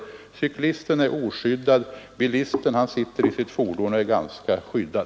Cyklisten är oskyddad. Bilisten sitter i sitt fordon och är ganska skyddad.